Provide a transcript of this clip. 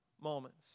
moments